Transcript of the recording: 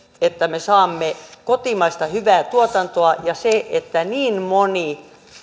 että me saamme kotimaista hyvää tuotantoa ja se että niin moni